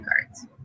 cards